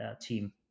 team